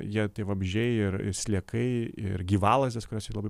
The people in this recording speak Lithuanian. jie tai vabzdžiai ir i sliekai ir gyvalazdės kurios jai labai